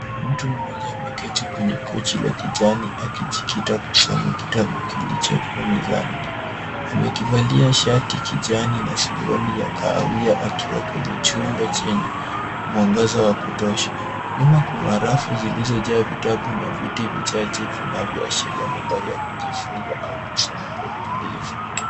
Mtu mmoja amketi kwenye kochi la kijani akijikita kusoma kitabu kilichokuwa mezani. Amevalia shati kijani na suruali ya kahawia akiwa kwenye chumba chenye mwangaza wa kutosha. Nyuma kuna rafu zilizojaa vitabu na viti vichache vinavyoashiria mandhari ya kujifunza au kusoma kwa utulivu.